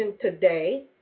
today